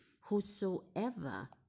whosoever